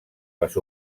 les